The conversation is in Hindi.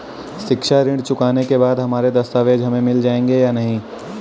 शिक्षा ऋण चुकाने के बाद हमारे दस्तावेज हमें मिल जाएंगे या नहीं?